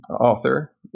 author